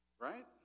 Right